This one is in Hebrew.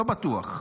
לא בטוח.